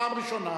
פעם ראשונה.